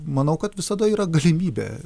manau kad visada yra galimybė